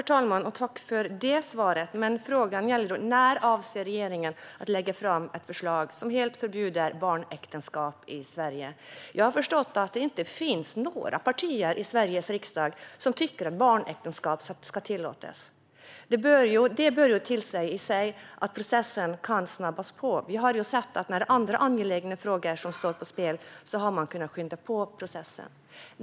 Fru talman! Tack för det svaret! Men frågan var när regeringen avser att lägga fram ett förslag som helt förbjuder barnäktenskap i Sverige. Jag har förstått att det inte finns några partier i Sveriges riksdag som tycker att barnäktenskap ska tillåtas. Det i sig bör leda till att processen kan snabbas på. Vi har ju sett att när andra angelägna frågor har stått på spel har man kunnat skynda på processen.